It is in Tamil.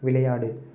விளையாடு